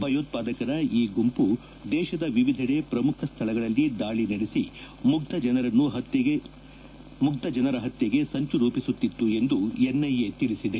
ಭಯೋತ್ವಾದಕರ ಈ ಗುಂಪು ದೇಶದ ವಿವಿಧೆಡೆ ಶ್ರಮುಖ ಸ್ಥಳಗಳಲ್ಲಿ ದಾಳಿ ನಡೆಸಿ ಮುಗ್ಗ ಜನರನ್ನು ಹತ್ನೆಗೆ ಸಂಚು ರೂಪಿಸುತ್ತಿತ್ತು ಎಂದು ಎನ್ಐಎ ತಿಳಿಸಿದೆ